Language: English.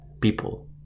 people